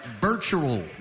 virtual